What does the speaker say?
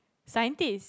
scientist